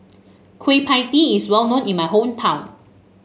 Kueh Pie Tee is well known in my hometown